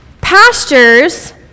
pastures